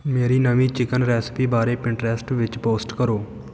ਮੇਰੀ ਨਵੀਂ chicken recipe ਬਾਰੇ ਪ੍ਰਿੰਟਰੈਸਟ ਵਿੱਚ ਪੋਸਟ ਕਰੋ